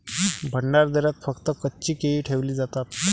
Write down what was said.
भंडारदऱ्यात फक्त कच्ची केळी ठेवली जातात